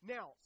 Now